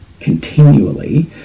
continually